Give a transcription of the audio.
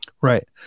right